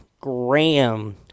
Graham